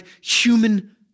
human